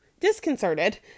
disconcerted